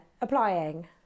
applying